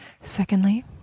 Secondly